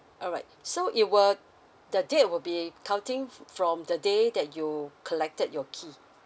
alright so it will the date will be counting f~ from the day that you collected your key